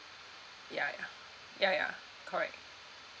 ya ya ya ya correct